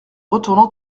retournant